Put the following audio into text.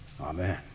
Amen